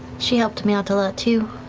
she helped me out a lot, too,